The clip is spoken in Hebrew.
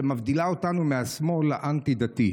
שמבדילה אותנו מהשמאל האנטי-דתי.